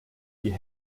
die